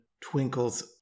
twinkles